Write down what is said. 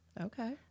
Okay